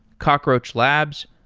cockroach labs,